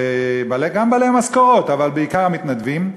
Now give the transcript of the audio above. גם בעלי משכורות אבל בעיקר המתנדבים,